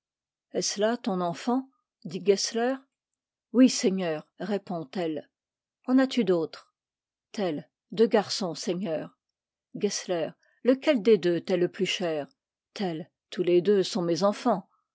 ce là ton enfant dit gessler oui seigneur répond tell en astu d'autres tell deux garçons seigneur gessler lequel des deux t'est le plus cher tell tous les deux sont mes enfants